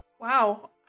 Wow